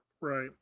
Right